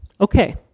Okay